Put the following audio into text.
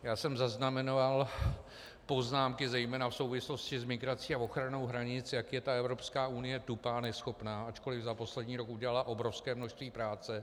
Já jsem zaznamenal poznámky zejména v souvislosti s migrací a ochranou hranic, jak je ta Evropská unie tupá a neschopná, ačkoliv za poslední rok udělala obrovské množství práce.